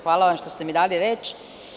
Hvala vam što ste mi dali reč.